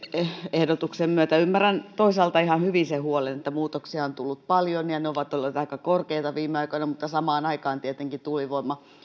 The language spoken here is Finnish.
ehdotuksen myötä ymmärrän toisaalta ihan hyvin sen huolen että muutoksia on tullut paljon ja ne ovat olleet aika suuria viime aikoina mutta samaan aikaan tietenkin tuulivoima